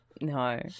No